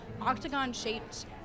octagon-shaped